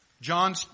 John